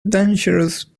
dangerous